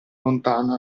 lontano